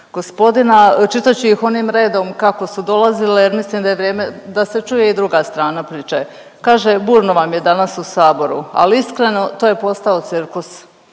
gospodina. Čitat ću ih onim redom kako su dolazile jer mislim da je vrijeme da se čuje i druga strana priče. Kaže, burno vam je danas u saboru ali iskreno to je postao cirkus,